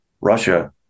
Russia